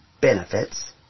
benefits